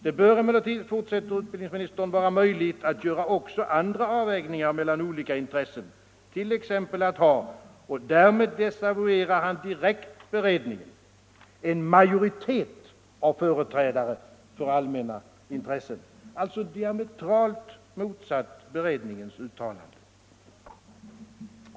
”Det bör emellertid”, fortsätter utbildningsministern, ”vara möjligt att göra också andra avvägningar mellan olika intressen, t.ex. att ha” — och därmed desavouerar han direkt beredningen — ”en majoritet av företrädare för allmänna intressen” — alltså diametralt motsatt beredningens uttalande.